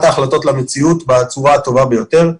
את ההחלטות למציאות בצורה הטובה ביותר.